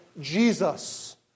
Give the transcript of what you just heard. Jesus